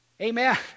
Amen